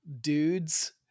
dudes